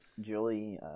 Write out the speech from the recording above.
Julie